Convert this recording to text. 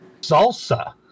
salsa